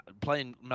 playing